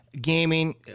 gaming